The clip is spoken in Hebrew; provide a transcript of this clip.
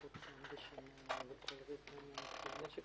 הצבעה בעד סעיף 5 2 נגד, אין נמנעים, אין